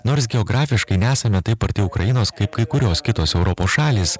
nors geografiškai nesame taip arti ukrainos kaip kai kurios kitos europos šalys